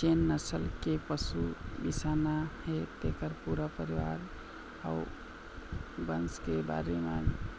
जेन नसल के पशु बिसाना हे तेखर पूरा परिवार अउ बंस के बारे म